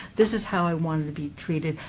this is how i want to be treated.